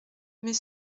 mais